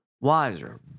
wiser